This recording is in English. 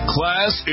Class